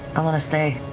i'm going to stay.